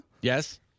Yes